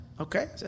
Okay